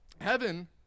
heaven